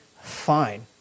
fine